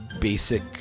basic